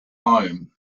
home